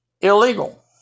illegal